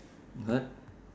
what